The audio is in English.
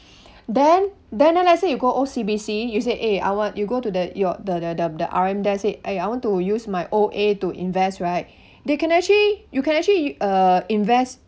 then then uh let's say you go O_C_B_C you said eh I want you go to the your the the the R_M there said eh I want to use my O_A to invest right they can actually you can actually uh invest